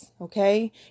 Okay